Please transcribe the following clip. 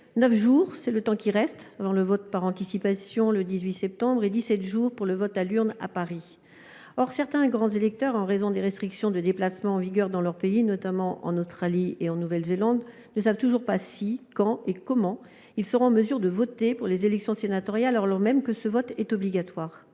neuf jours, c'est le temps qu'il reste avant le vote par anticipation, le 18 septembre prochain, et dix-sept jours avant le vote à l'urne, à Paris. Or certains grands électeurs, en raison des restrictions de déplacement en vigueur dans leur pays, notamment en Australie et en Nouvelle-Zélande, ne savent toujours pas si, quand et comment ils seront en mesure de voter pour les élections sénatoriales, alors même que ce vote est obligatoire.